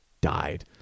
died